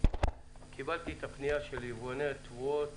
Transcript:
קיבלתי את הפנייה של יבואני התבואות